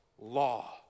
law